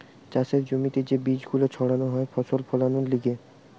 চাষের জমিতে যে বীজ গুলো ছাড়ানো হয় ফসল ফোলানোর লিগে